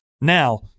Now